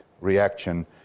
reaction